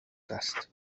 است